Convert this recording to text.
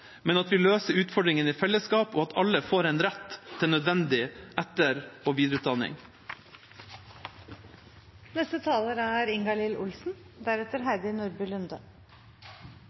men at vi løser utfordringene i fellesskap, og at alle får en rett til nødvendig etter- og videreutdanning. Arbeiderpartiets alternative statsbudsjett bygger på tanken om et sterkere fellesskap, også i transportsektoren. Vi vet at landet er